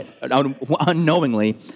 unknowingly